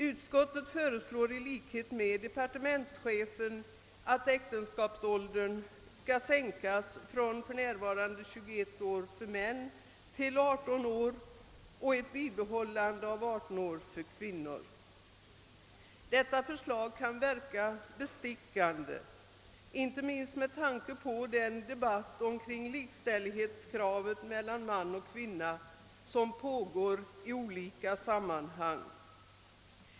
Utskottet föreslår i likhet med departementschefen att äktenskapsåldern för män skall sänkas från för närvarande 21 år till 18 år medan 18-årsgränsen bibehålles för kvinnor. Detta förslag kan verka bestickande, inte minst med tanke på den debatt med krav på likställighet mellan man och kvinna som pågår i olika sammanhang.